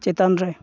ᱪᱮᱛᱟᱱ ᱨᱮ